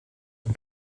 dem